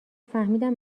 فهمیدم